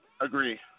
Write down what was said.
Agree